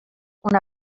una